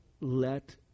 let